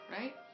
right